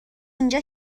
اینجا